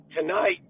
Tonight